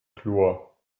chlor